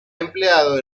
empleado